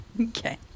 okay